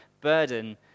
burden